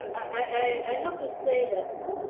i have to say that